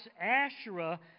Asherah